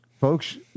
folks